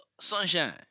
Sunshine